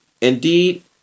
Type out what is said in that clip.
indeed